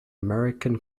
american